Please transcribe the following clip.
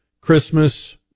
Christmas